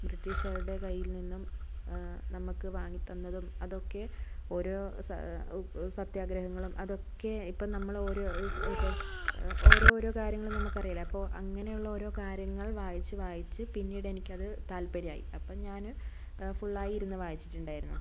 ബ്രിട്ടീഷുകാരുടെ കയ്യിൽ നിന്നും നമുക്ക് വാങ്ങി തന്നതും അതൊക്കെ ഓരോ സാ ഉപ്പ് സത്യാഗ്രഹങ്ങളും അതൊക്കെ ഇപ്പം നമ്മളോരോ ഇപ്പം ഓരോരോ കാര്യങ്ങളും നമുക്കറിയില്ലേ അപ്പോൾ അങ്ങനെയുള്ള ഓരോ കാര്യങ്ങൾ വായിച്ച് വായിച്ച് പിന്നീട് എനിക്കത് താത്പര്യമായി അപ്പം ഞാൻ ഫുള്ളായി ഇരുന്ന് വായിച്ചിട്ടുണ്ടായിരുന്നു